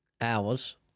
hours